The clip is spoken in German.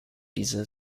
dieser